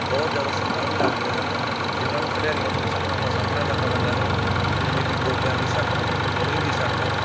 ਬਹੁਤ ਜ਼ਿਆਦਾ ਸੱਟਾਂ ਵੀ ਲੱਗਦੀਆਂ ਹਨ ਜਿਹਨਾਂ ਨੂੰ ਖਿਡਾਰੀਆਂ ਨੂੰ ਸੱਟਾਂ ਦਾ ਸਾਹਮਣਾ ਕਰਨਾ ਪੈਂਦਾ ਹੈ ਜਿਵੇਂ ਕਿ ਗੋਡਿਆਂ ਦੀ ਸੱਟ ਕੂਹਣੀ ਦੀ ਸੱਟ